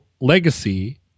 legacy